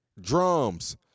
Drums